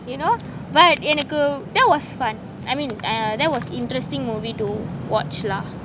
you know but எனக்கு:enakku that was fun I mean uh that was an interesting movie to watch lah